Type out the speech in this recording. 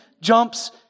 jumps